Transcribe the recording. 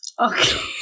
Okay